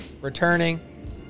returning